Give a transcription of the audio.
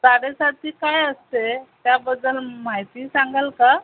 साडेसाती काय असते आहे त्याबद्दल म् माहिती सांगाल का